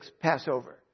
Passover